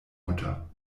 mutter